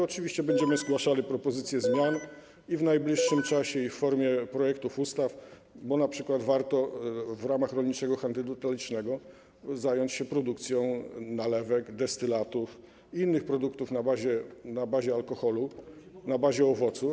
Oczywiście będziemy zgłaszali propozycje zmian w najbliższym czasie, również w formie projektów ustaw, bo np. warto w ramach rolniczego handlu detalicznego zająć się produkcją nalewek, destylatów i innych produktów na bazie alkoholu, na bazie owoców.